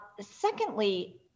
Secondly